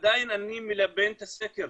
אני עדיין מלבן את הסקר,